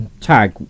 tag